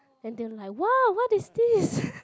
then they were like !wow! what is this